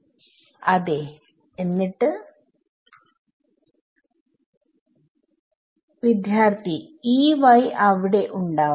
വിദ്യാർത്ഥി അതെ എന്നിട്ട് വിദ്യാർത്ഥി അവിടെ ഉണ്ടാവും